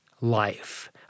life